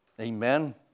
Amen